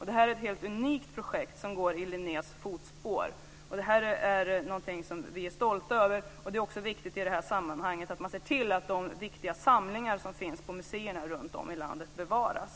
Det är ett helt unikt projekt som går i Linnés fotspår. Det är något som vi är stolta över, och det är också viktigt i det här sammanhanget att man ser till att de viktiga samlingar som finns på museerna runtom i landet bevaras.